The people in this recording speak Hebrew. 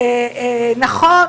נכון,